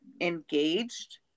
engaged